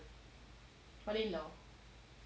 father in law